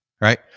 right